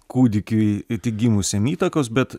kūdikiui tik gimusiam įtakos bet